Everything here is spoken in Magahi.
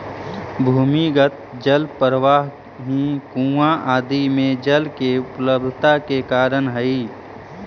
भूमिगत जल प्रवाह ही कुआँ आदि में जल के उपलब्धता के कारण हई